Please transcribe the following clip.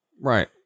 Right